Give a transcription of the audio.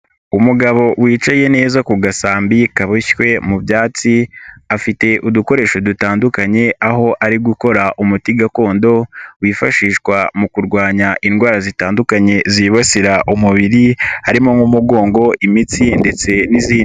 Umugabo wicaye neza ku gasambi kaboshywe mu byatsi, afite udukoresho dutandukanye, aho ari gukora umuti gakondo, wifashishwa mu kurwanya indwara zitandukanye zibasira umubiri, harimo nk'umugongo, imitsi ndetse n'izindi.